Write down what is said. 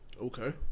Okay